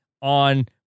on